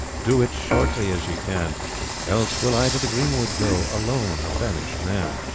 do it shortly as ye can else will i to the green wood go, alone, a banished man.